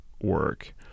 work